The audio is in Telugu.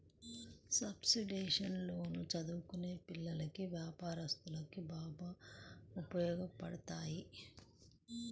సబ్సిడైజ్డ్ లోన్లు చదువుకునే పిల్లలకి, వ్యాపారస్తులకు బాగా ఉపయోగపడతాయి